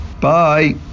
Bye